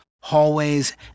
hallways